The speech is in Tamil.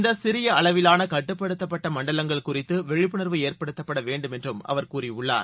இந்த சிறிய அளவிலான கட்டுப்படுத்தப்பட்ட மண்டலங்கள் குறித்து விழிப்புணர்வு ஏற்படுத்தப்பட வேண்டும் என்றும் அவர் கூறியுள்ளார்